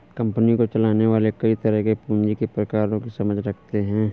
company को चलाने वाले कई तरह के पूँजी के प्रकारों की समझ रखते हैं